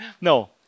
No